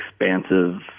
expansive